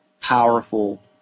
powerful